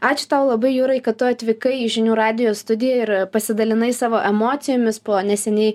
ačiū tau labai jurai kad tu atvykai į žinių radijo studiją ir pasidalinai savo emocijomis po neseniai